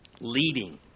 leading